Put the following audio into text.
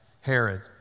Herod